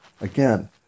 Again